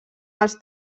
els